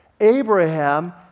Abraham